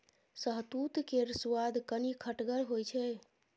शहतुत केर सुआद कनी खटगर होइ छै